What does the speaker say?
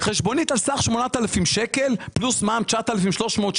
חשבונית על סך 8,000 שקלים, פלוס מע"מ 9,360,